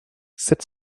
sept